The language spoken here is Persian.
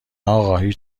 اقا، هیچ